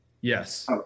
Yes